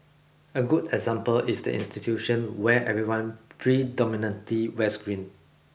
a good example is the institution where everyone predominantly wears green